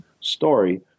story